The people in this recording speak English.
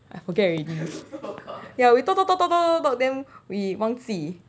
I forget already ya we talk talk talk talk talk talk talk talk talk them we 忘记